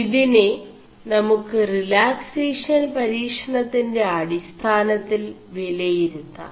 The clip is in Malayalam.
ഇതിെന നമു ് റിലാക്േസഷൻ പരീ ണøിൻെറ അടിാനøിൽ വിലയിരുøാം